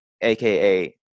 aka